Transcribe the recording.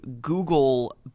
Google